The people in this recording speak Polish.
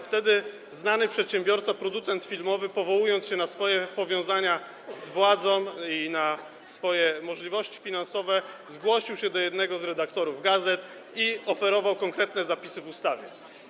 Wtedy znany przedsiębiorca, producent filmowy, powołując się na swoje powiązania z władzą i na swoje możliwości finansowe, zgłosił się do jednego z redaktorów gazet i oferował wprowadzenie konkretnych zapisów w ustawie.